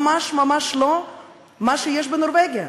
ממש ממש לא מה שיש בנורבגיה.